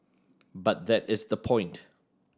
but that is the point